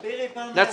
לצאת.